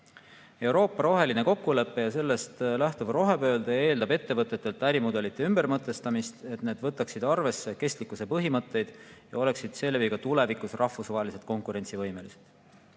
Euroopa roheline kokkulepe ja sellest lähtuv rohepööre eeldab ettevõtetelt ärimudelite ümbermõtestamist, et need võtaksid arvesse kestlikkuse põhimõtteid ja oleksid seeläbi ka tulevikus rahvusvaheliselt konkurentsivõimelised. Juba